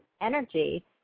energy